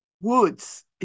woods